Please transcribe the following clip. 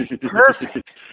perfect